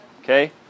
okay